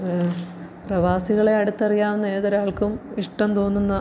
പ്രവാസികളെ അടുത്തറിയാവുന്ന ഏതൊരാൾക്കും ഇഷ്ടം തോന്നുന്ന